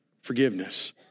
forgiveness